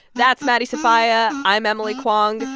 that's maddie sofia. i'm emily kwong.